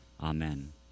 Amen